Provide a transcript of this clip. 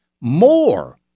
more